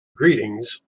greetings